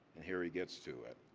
and here he gets to it.